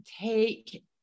take